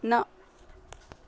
न